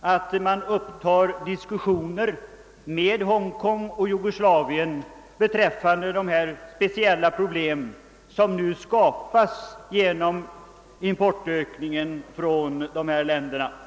upptagande av diskussioner med Hongkong och Jugoslavien om de speciella problem som skapas genom importökningen från nämnda håll.